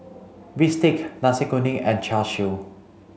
Bistake Nasi Kuning and Char Siu